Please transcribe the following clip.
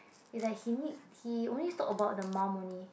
is like he need he always talk about the mom only